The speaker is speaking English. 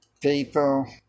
People